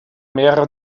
mehrere